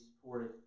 supported